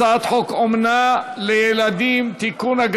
הצעת חוק אומנה לילדים (תיקון,